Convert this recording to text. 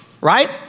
right